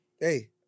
Hey